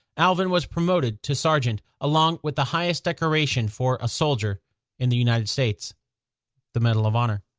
alvin was promoted to sergeant along with the highest decoration for a soldier in the united states the medal of honor.